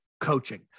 coaching